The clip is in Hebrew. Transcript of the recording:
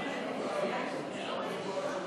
נתקבלו.